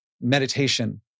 Meditation